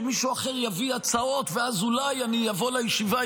שמישהו אחר יביא הצעות ואז אולי אני אבוא לישיבה,